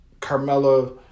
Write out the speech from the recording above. Carmella